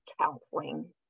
counseling